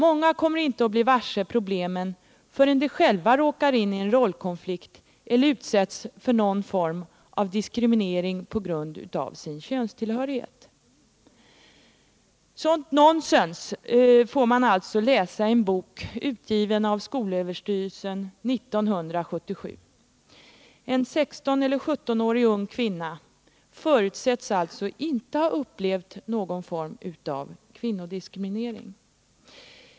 Många kommer inte att bli varse problemen förrän de själva råkar in i en rollkonflikt eller utsätts för någon form av diskriminering p. g. a. sin könstillhörighet.” Sådant nonsens får man alltså läsa i en bok utgiven av SÖ 1977. En 16 eller 17-årig ung kvinna förutsätts alltså inte ha upplevt någon form av kvinnodiskriminering.